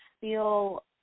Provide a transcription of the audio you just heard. feel